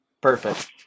Perfect